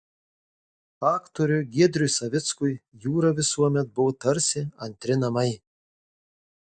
aktoriui giedriui savickui jūra visuomet buvo tarsi antri namai